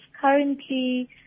currently